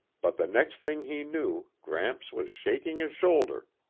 but the next thing he knew gramps was shaking his shoulder.